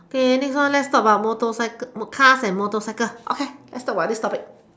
okay next one let's talk about motor motorcycle and car let's talk about this topic